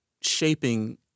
shaping